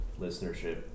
listenership